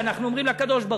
אנחנו אומרים לקדוש-ברוך-הוא,